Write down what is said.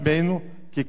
ככלי פוליטי.